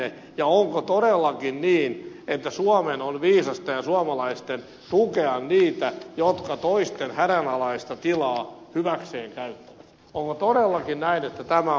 ja onko todellakin niin että suomen ja suomalaisten on viisasta tukea niitä jotka toisten hädänalaista tilaa hyväkseen käyttävät